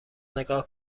نگاه